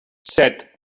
set